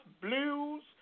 blues